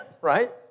right